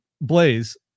blaze